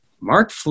Mark